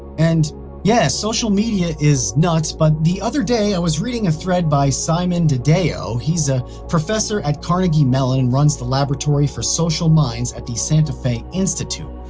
and yeah, social media is nuts, but the other day i was reading a thread by simon dedeo he's a professor at carnegie mellon and runs the laboratory for social minds at the santa fe institute.